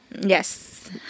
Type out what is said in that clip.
Yes